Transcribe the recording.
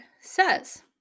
says